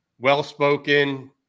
Well-spoken